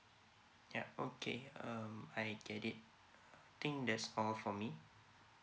yup okay uh I get it I think that's all for me